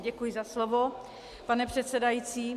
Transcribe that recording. Děkuji za slovo, pane předsedající.